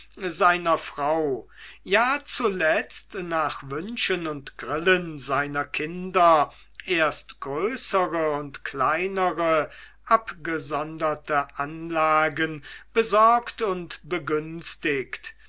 seiner frau ja zuletzt nach wünschen und grillen seiner kinder erst größere und kleinere abgesonderte anlagen besorgt und begünstigt